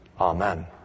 Amen